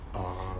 err